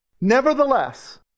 Nevertheless